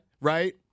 right –